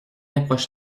approche